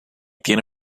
tiene